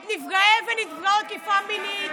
את נפגעי ונפגעות תקיפה מינית.